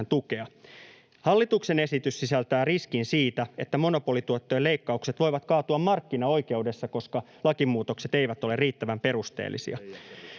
tukea. Hallituksen esitys sisältää riskin siitä, että monopolituottojen leikkaukset voivat kaatua markkinaoikeudessa, koska lakimuutokset eivät ole riittävän perusteellisia.